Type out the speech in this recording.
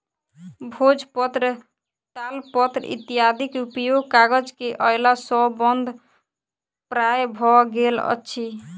भोजपत्र, तालपत्र इत्यादिक उपयोग कागज के अयला सॅ बंद प्राय भ गेल अछि